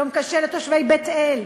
יום קשה לתושבי בית-אל,